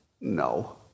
No